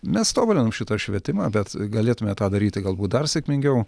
mes tobulinam šitą švietimą bet galėtume tą daryti galbūt dar sėkmingiau